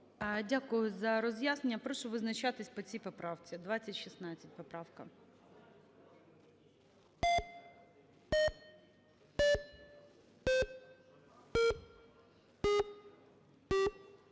Дякуємо за роз'яснення. І я прошу визначатися по цій поправці.